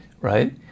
right